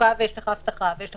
פה שתי